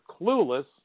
clueless